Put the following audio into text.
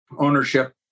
ownership